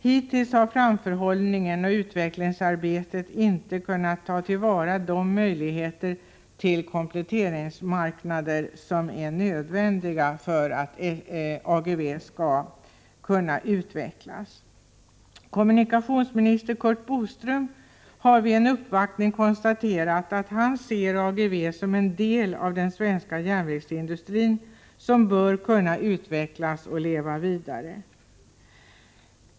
Hittills har företaget inte genom framförhållning och utvecklingsarbete kunnat ta till vara möjligheterna till kompletteringsmarknader, vilket är nödvändigt för att AGEVE skall kunna utvecklas. Kommunikationsminister Curt Boström har vid en uppvaktning uttalat att han ser AGEVE som en del av den svenska järnvägsindustrin som bör kunna utvecklas och leva vidare.